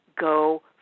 go